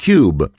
Cube